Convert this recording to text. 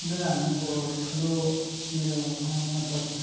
मेरो हाल्नुको ठुलो मेरो मतलब